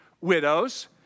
widows